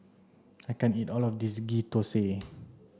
I can't eat all of this Ghee Thosai